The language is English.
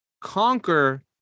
conquer